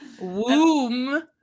womb